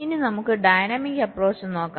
ഇനി നമുക്ക് dynamic approach നോക്കാം